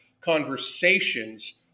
conversations